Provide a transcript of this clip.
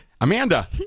Amanda